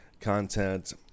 content